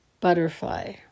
butterfly